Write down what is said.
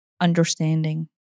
understanding